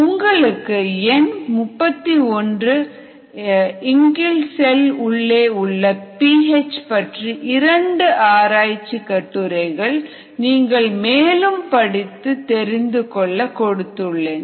உங்களுக்கு எண் 31 இன்கிள் செல் உள்ளே உள்ள பி ஹெச் பற்றிய இரண்டு ஆராய்ச்சி கட்டுரைகள் நீங்கள் மேலும் படித்து தெரிந்து கொள்ள கொடுத்துள்ளேன்